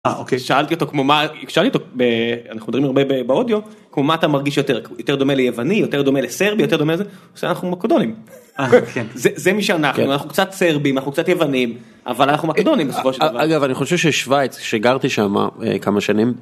אה, אוקיי, שאלתי אותו כמו מה... שאלתי אותו... אנחנו מדברים הרבה באודיו... כמו מה אתה מרגיש יותר? יותר דומה ליווני? יותר דומה לסרבי? יותר דומה לזה? הוא עושה לי אנחנו מוקדונים. זה מי שאנחנו. אנחנו קצת סרבים, אנחנו קצת יוונים, אבל אנחנו מוקדונים. אגב, אני חושב ששוויץ, שגרתי שם כמה שנים...